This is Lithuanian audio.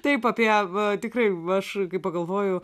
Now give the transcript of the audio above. taip apie va tikrai va aš kai pagalvoju